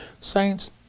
Saints